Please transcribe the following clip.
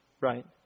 Right